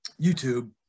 YouTube